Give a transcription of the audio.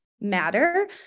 matter